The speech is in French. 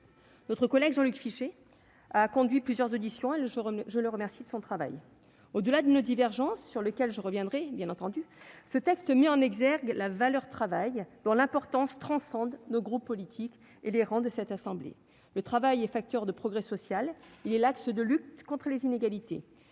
Notre collègue Jean-Luc Fichet a conduit plusieurs auditions et le jour, je le remercie de son travail au-delà de nos divergences sur lequel je reviendrai bien entendu ce texte mis en exergue la valeur travail pour l'importance transcende nos groupes politiques et les rangs de cette assemblée, le travail est facteur de progrès social, il est l'axe de lutte contre les inégalités,